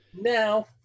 Now